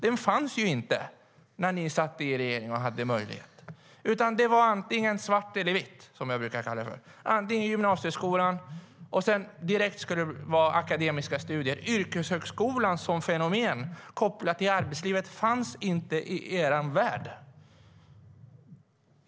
Den fanns inte när ni satt i regeringen och hade möjlighet att införa den. Det var antingen svart eller vitt, som jag brukar säga. Efter gymnasieskolan skulle det direkt vara akademiska studier. Yrkeshögskolan som fenomen kopplat till arbetslivet fanns inte i er värld.